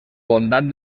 bondat